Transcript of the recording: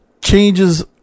changes